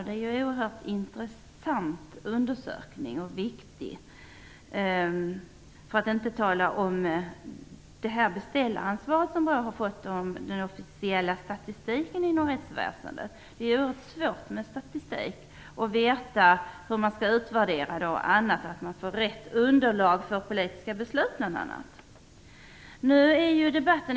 Det är en undersökning som är oerhört intressant och viktig, för att inte tala om det beställaransvar som BRÅ har fått för den officiella statistiken inom rättsväsendet. Det är oerhört svårt att veta hur man skall utvärdera statistik så att man får rätt underlag för bl.a. politiska beslut.